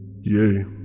Yay